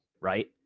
right